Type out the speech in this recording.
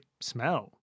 smell